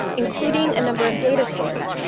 including a number of data stores,